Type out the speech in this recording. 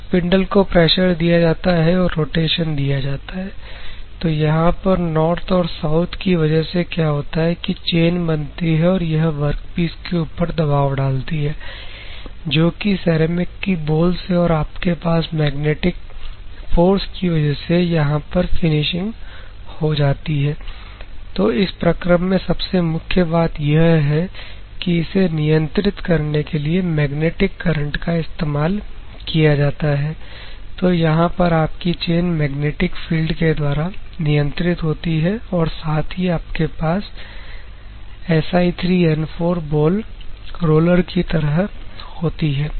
तो स्पिंडल को प्रेशर दिया जाता है और रोटेशन दिया जाता है तो यहां पर नॉर्थ और साउथ की वजह से क्या होता है की चेन बनती है और यह वर्कपीस के ऊपर दबाव डालती है जो कि सेरेमिक की बॉल से और आपके पास मैग्नेटिक फोर्स की वजह से यहां पर फिनिशिंग हो जाती है तो इस प्रकरण में सबसे मुख्य बात यह है कि इसे नियंत्रित करने के लिए मैग्नेटिक करंट का इस्तेमाल किया जाता है तो यहां पर आप की चेन मैग्नेटिक फील्ड के द्वारा नियंत्रित होती है और साथ ही आपके पास Si3N4 बोल रोलर की तरह होती है